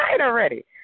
already